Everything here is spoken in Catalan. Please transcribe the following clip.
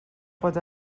pot